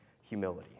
humility